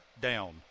down